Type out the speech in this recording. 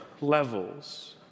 levels